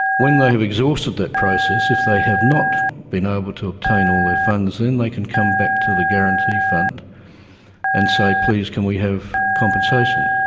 when they have exhausted that process, if they have not been able to obtain all their funds, then they can come back to the guarantee fund and say please can we have compensation.